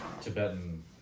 Tibetan